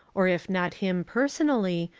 or if not him personally,